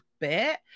bit